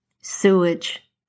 sewage